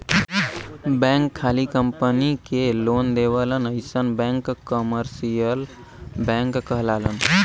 bank खाली company के loan देवलन अइसन बैंक कमर्सियल बैंक कहलालन